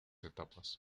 etapas